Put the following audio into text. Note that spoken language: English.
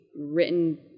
written